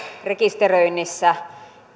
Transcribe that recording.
rekisteröinnissä